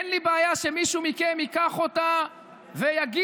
אין לי בעיה שמישהו מכם ייקח אותה ויגיש